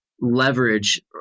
leverage